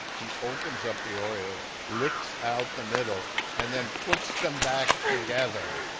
he opens up the oreos, licks out the middle and then puts them back together